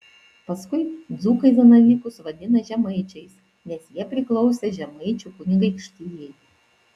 paskui dzūkai zanavykus vadina žemaičiais nes jie priklausė žemaičių kunigaikštijai